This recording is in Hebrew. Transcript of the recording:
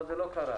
פה זה לא קרה.